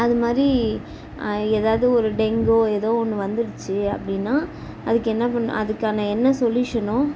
அது மாதிரி ஏதாவது ஒரு டெங்கு ஏதோ ஒன்று வந்துடுச்சு அப்படீன்னா அதுக்கு என்ன பண்ணனும் அதுக்கான என்ன சொல்யூஷனோ